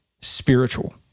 spiritual